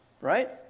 right